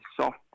soft